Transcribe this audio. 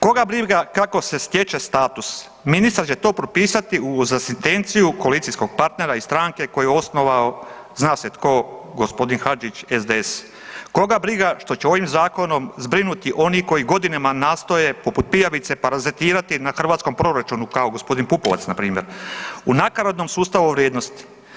Koga briga kako se stječe status, ministar će to propisati uz asistenciju koalicijskog partnera i stranke koju je osnovao, zna se tko, g. Hadžić SDS, koga briga što će ovim zakonom zbrinuti oni koji godinama nastoje poput pijavice parazitirati na hrvatskom proračunu kao g. Pupovac na primjer, u nakaradnom sustavu vrijednosti.